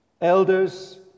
Elders